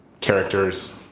characters